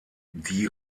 die